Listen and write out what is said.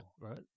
right